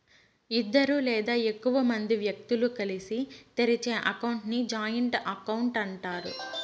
ఇద్దరు లేదా ఎక్కువ మంది వ్యక్తులు కలిసి తెరిచే అకౌంట్ ని జాయింట్ అకౌంట్ అంటారు